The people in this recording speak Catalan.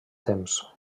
temps